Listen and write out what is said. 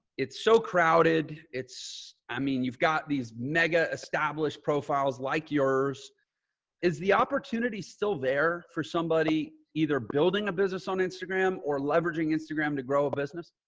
it's so crowded. it's i mean, you've got these mega established profiles, like yours is the opportunity still there for somebody, either building a business on instagram or leveraging instagram to grow a business.